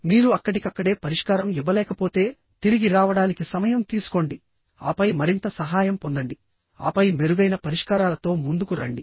మీరు అక్కడికక్కడే పరిష్కారం ఇవ్వలేకపోతే తిరిగి రావడానికి సమయం తీసుకోండి ఆపై మరింత సహాయం పొందండి ఆపై మెరుగైన పరిష్కారాలతో ముందుకు రండి